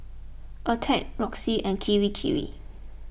Attack Roxy and Kirei Kirei